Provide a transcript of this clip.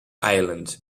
island